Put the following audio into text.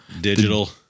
Digital